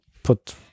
put